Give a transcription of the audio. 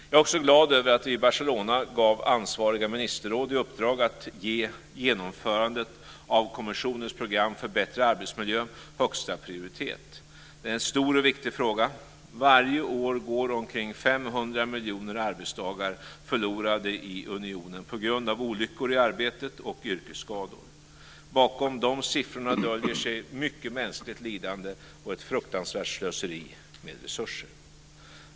Jag är också glad över att vi i Barcelona gav ansvariga ministerråd i uppdrag att ge genomförandet av kommissionens program för bättre arbetsmiljö högsta prioritet. Det är en stor och viktig fråga. Varje år går omkring 500 miljoner arbetsdagar förlorade i unionen på grund av olyckor i arbetet och yrkesskador. Bakom de siffrorna döljer sig mycket mänskligt lidande och ett fruktansvärt slöseri med resurser.